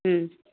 হ্যাঁ